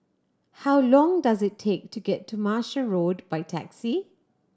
how long does it take to get to Martia Road by taxi